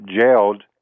jailed